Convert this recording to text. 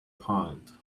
pond